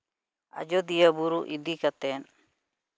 ᱟᱡᱳᱫᱤᱭᱟᱹ ᱵᱩᱨᱩ ᱤᱫᱤ ᱠᱟᱛᱮᱫ